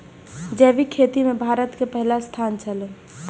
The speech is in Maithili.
जैविक खेती में भारत के पहिल स्थान छला